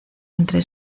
entre